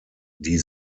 die